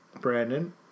Brandon